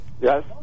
Yes